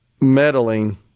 meddling